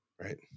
right